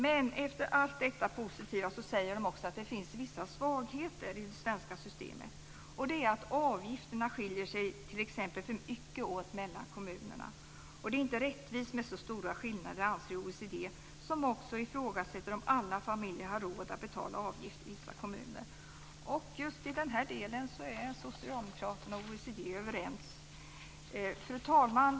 Men efter allt detta positiva säger man också att det finns vissa svagheter i det svenska systemet, och det är t.ex. att avgifterna skiljer sig för mycket åt mellan kommunerna. Det är inte rättvist med så stora skillnader, anser OECD, som också ifrågasätter om alla familjer har råd att betala avgift i vissa kommuner. Just i den här delen är Socialdemokraterna och OECD överens. Fru talman!